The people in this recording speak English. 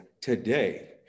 Today